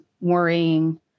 worrying